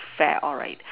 fair alright